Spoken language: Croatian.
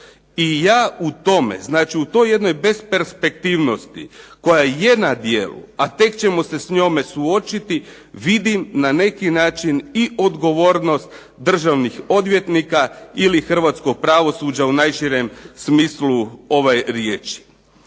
I ja u tome, znači u toj jednoj besperspektivnosti koja je na djelu, a tek ćemo se s njome suočiti, vidim na neki način i odgovornost državnih odvjetnika ili hrvatskog pravosuđa u najširem smislu riječi.